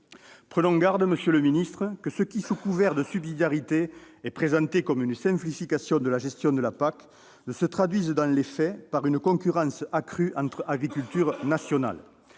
Prenons garde, monsieur le ministre, que ce qui, sous couvert de subsidiarité, est présenté comme une simplification de la gestion de la PAC ne se traduise dans les faits par une concurrence accrue entre agricultures nationales.